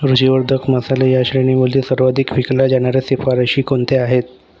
रूचीवर्धक मसाले या श्रेणीमधील सर्वाधिक विकल्या जाणाऱ्या शिफारशी कोणत्या आहे